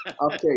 Okay